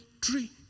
tree